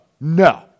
no